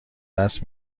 دست